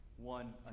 one